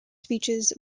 speeches